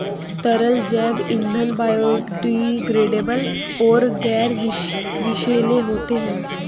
तरल जैव ईंधन बायोडिग्रेडेबल और गैर विषैले होते हैं